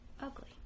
ugly